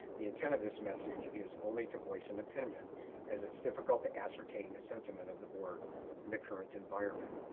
the intent of this message is only to voice an opinion as it's difficult to ascertain the sentiment of the board in the current environment.